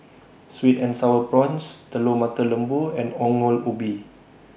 Sweet and Sour Prawns Telur Mata Lembu and Ongol Ubi